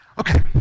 Okay